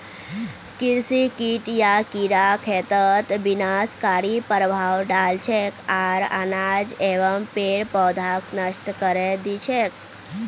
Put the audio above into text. कृषि कीट या कीड़ा खेतत विनाशकारी प्रभाव डाल छेक आर अनाज एवं पेड़ पौधाक नष्ट करे दी छेक